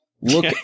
Look